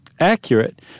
Accurate